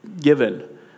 given